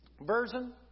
version